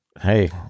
Hey